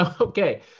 Okay